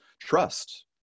trust